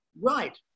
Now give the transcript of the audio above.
Right